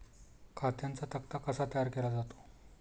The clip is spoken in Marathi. खात्यांचा तक्ता कसा तयार केला जातो?